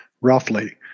roughly